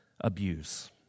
abuse